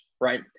right